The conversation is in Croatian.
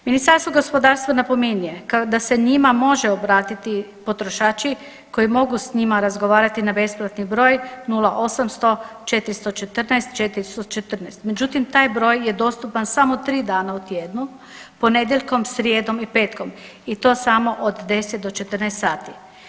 Ministarstvo gospodarstva napominje da se njima može obratiti potrošači koji mogu s njima razgovarati na besplatni broj 0800 414-414, međutim taj broj je dostupan samo tri dana u tjednu ponedjeljkom, srijedom i petkom i to samo od 10 do 14 sati.